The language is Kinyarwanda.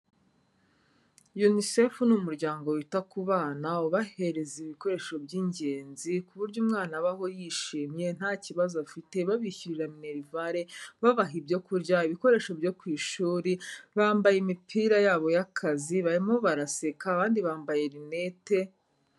Unicefu ni umuryango wita ku bana, ubahereza ibikoresho by'ingenzi, ku buryo umwana abaho yishimye nta kibazo afite, babishyurira minerivare, babaha ibyo kurya, ibikoresho byo ku ishuri, bambaye imipira yabo y'akazi, barimo baraseka abandi bambaye rinete.